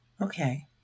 Okay